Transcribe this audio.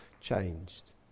changed